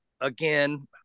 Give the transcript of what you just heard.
again